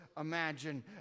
imagine